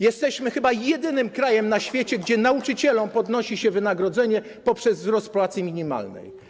Jesteśmy chyba jedynym krajem na świecie, gdzie nauczycielom podnosi się wynagrodzenia poprzez wzrost płacy minimalnej.